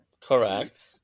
Correct